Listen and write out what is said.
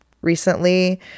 recently